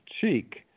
cheek